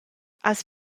has